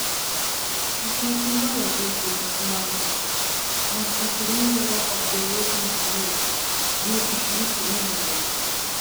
aš nesilioviau eiti į pasimatymus nors pasirinkdavau apgailėtinus vyrus jei išvis rinkdavausi